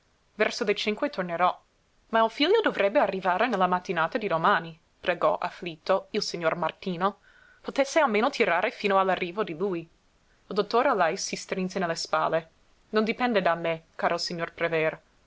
verso le cinque tornerò ma il figlio dovrebbe arrivare nella mattinata di domani pregò afflitto il signor martino potesse almeno tirare fino all'arrivo di lui il dottor allais si strinse nelle spalle non dipende da me caro signor prever